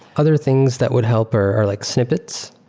other things that would help are like snippets.